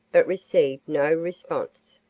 but received no response.